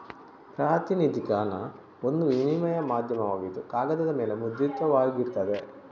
ಪ್ರಾತಿನಿಧಿಕ ಹಣ ಒಂದು ವಿನಿಮಯ ಮಾಧ್ಯಮವಾಗಿದ್ದು ಕಾಗದದ ಮೇಲೆ ಮುದ್ರಿತವಾಗಿರ್ತದೆ